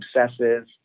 obsessive